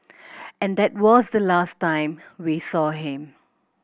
and that was the last time we saw him